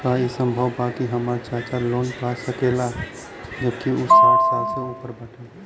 का ई संभव बा कि हमार चाचा लोन पा सकेला जबकि उ साठ साल से ऊपर बाटन?